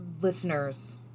listeners